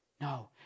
No